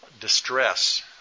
distress